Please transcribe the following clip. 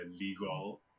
legal